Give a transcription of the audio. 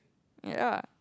ya